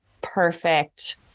perfect